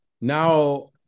now